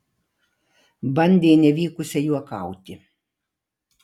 bandė nevykusiai juokauti